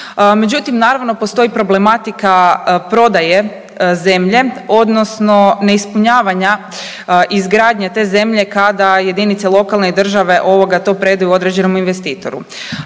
Međutim naravno postoji problematika prodaje zemlje odnosno ne ispunjavanja izgradnje te zemlje kada jedinice lokalne države to predaju određenom investitoru.